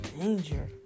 danger